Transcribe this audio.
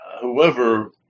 whoever